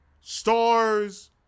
stars